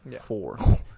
four